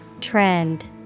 Trend